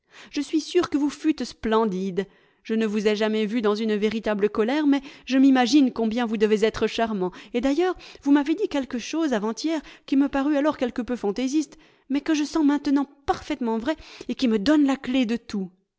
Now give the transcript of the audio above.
je suis sûr que vous fûtes splendide je ne vous ai jamais vu dans une véritable colère mais je m'imagine combien vous devez être charmant et d'ailleurs vous m'avez dit quelque chose avant hier qui me parut alors quelque peu fantaisiste mais que je sens maintenant parfaitement vrai et qui me donne la clef de tout